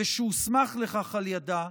ושהוסמך לכך על ידה,